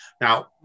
Now